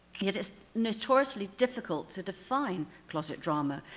it is notoriously difficult to define closet drama.